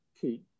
key